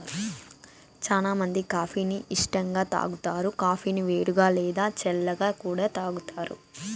చానా మంది కాఫీ ని ఇష్టంగా తాగుతారు, కాఫీని వేడిగా, లేదా చల్లగా కూడా తాగుతారు